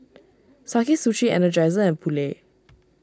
Sakae Sushi Energizer and Poulet